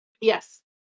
Yes